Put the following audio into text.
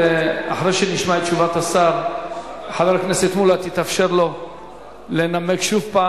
ואחרי שנשמע את תשובת השר יתאפשר לחבר הכנסת מולה לנמק שוב.